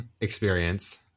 experience